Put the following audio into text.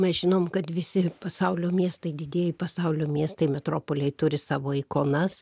mes žinom kad visi pasaulio miestai didieji pasaulio miestai metropoliai turi savo ikonas